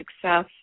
success